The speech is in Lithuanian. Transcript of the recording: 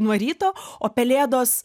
nuo ryto o pelėdos